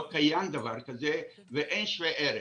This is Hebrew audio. לא קיים דבר כזה ואין שווה ערך.